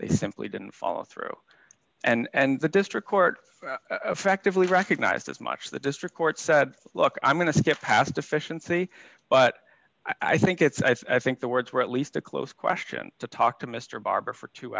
they simply didn't follow through and the district court affectively recognized as much the district court said look i'm going to skip past deficiency but i think it's i think the words were at least a close question to talk to mr barber for two